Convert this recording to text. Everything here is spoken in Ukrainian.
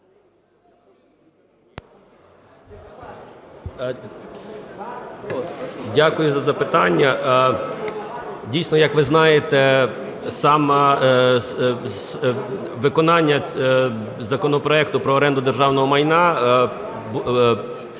Дякую за запитання. Дійсно, як ви знаєте, виконання законопроекту про оренду державного майна